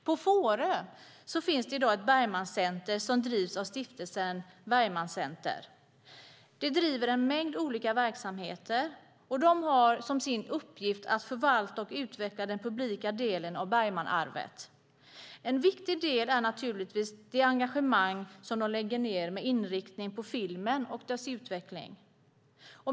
På Fårö finns i dag ett Bergmancenter som drivs av Stiftelsen Bergmancenter. De driver en mängd olika verksamheter och har som sin uppgift att förvalta och utveckla den publika delen av Bergmansarvet. En viktig del är naturligtvis deras engagemang med inriktning på filmen och dess utveckling.